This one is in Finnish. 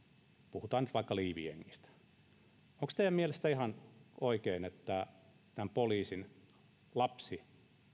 puhutaan nyt vaikka liivijengistä onko teidän mielestänne ihan oikein että tämän poliisin lapsi